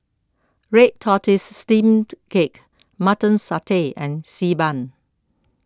Red Tortoise Steamed Cake Mutton Satay and Xi Ban